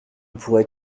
pourrez